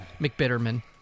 McBitterman